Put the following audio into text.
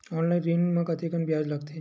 Online ऋण म कतेकन ब्याज लगथे?